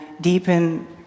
deepen